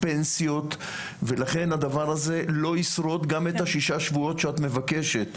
פנסיות ולכן הדבר הזה לא ישרוד גם את השישה שבועות שאת מבקשת,